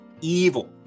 evil